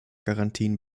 garantien